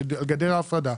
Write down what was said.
שגדר ההפרדה,